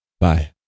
Bye